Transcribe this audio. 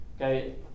Okay